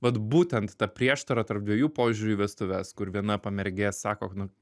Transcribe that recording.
vat būtent ta prieštara tarp dviejų požiūrių į vestuves kur viena pamergė sako nu